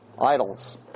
idols